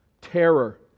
terror